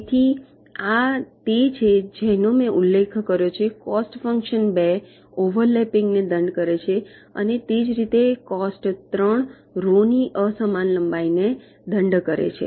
તેથી આ તે છે જેનો મેં ઉલ્લેખ કર્યો છે કોસ્ટ ફંક્શન કોસ્ટ 2 ઓવરલેપિંગ ને દંડ કરે છે અને તે જ રીતે કોસ્ટ 3 રૉ ની અસમાન લંબાઈને દંડ કરે છે